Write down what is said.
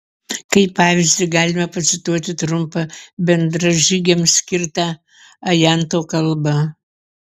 kaip pavyzdį galime pacituoti trumpą bendražygiams skirtą ajanto kalbą